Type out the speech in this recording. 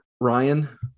Ryan